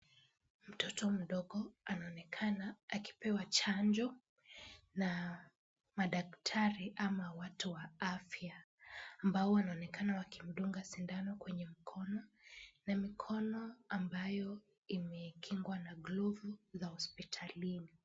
Mtoto mdogo anaonekana akipewa chanjo na madaktari ama watu wa afya, ambao wanaonekana wakimdunga sindano kwenye mkono na mikono ambayo imekingwa na glovu za hospitalini.